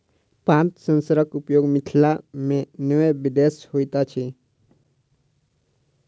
पात सेंसरक उपयोग मिथिला मे नै विदेश मे होइत अछि